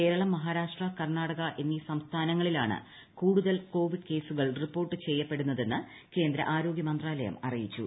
കേരളം മഹാരാഷ്ട്ര കർണാടക എന്നീ സംസ്ഥാനങ്ങളിലാണ് കൂടുതൽ കോവിഡ് കേസുകൾ റിപ്പോർട്ട് ചെയ്യപ്പെടുന്നുള്യുന്ന് കേന്ദ്ര ആരോഗൃ മന്ത്രാലയം അറിയിച്ചു